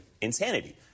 insanity